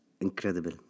incredible